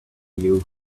you